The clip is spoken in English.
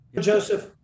Joseph